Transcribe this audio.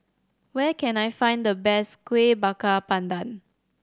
where can I find the best Kuih Bakar Pandan